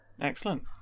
Excellent